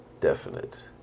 definite